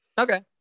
Okay